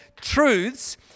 truths